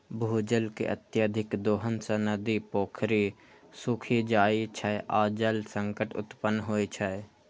भूजल के अत्यधिक दोहन सं नदी, पोखरि सूखि जाइ छै आ जल संकट उत्पन्न होइ छै